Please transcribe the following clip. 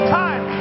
time